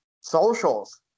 Socials